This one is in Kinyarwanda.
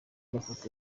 mafoto